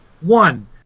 One